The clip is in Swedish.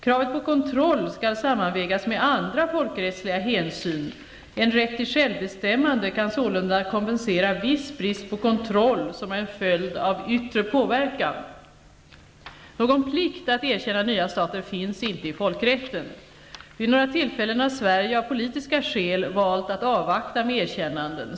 Kravet på kontroll skall sammanvägas med andra folkrättsliga hänsyn -- en rätt till självbestämmande kan sålunda kompensera viss brist på kontroll som är en följd av yttre påverkan. Någon plikt att erkänna nya stater finns inte i folkrätten. Vid några tillfällen har Sverige av politiska skäl valt att avvakta med erkännanden.